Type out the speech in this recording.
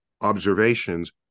observations